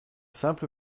simple